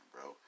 bro